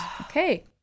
Okay